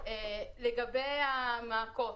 לגבי המעקות,